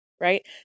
Right